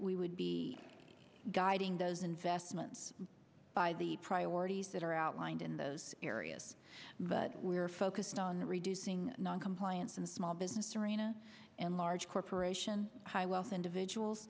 we would be guiding those investments by the priorities that are outlined in those areas but we are focused on reducing noncompliance and small business arena and large corporation high wealth individuals